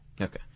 Okay